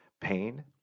pain